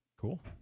Cool